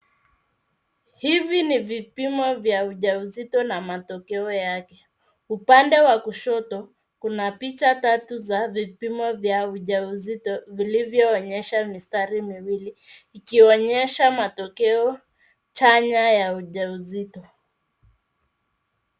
Hivi ni vipimo vya ujauzito na matokeo yake. Upande wa kushoto kuna picha tatu za vipimo vya ujauzito vilivyoonyesha mistari miwili ikionyesha matokeo chanya ya ujauzito.